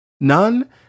None